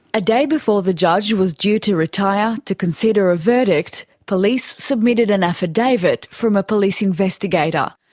a day before the judge was due to retire to consider a verdict, police submitted an affidavit from a police investigator.